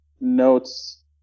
notes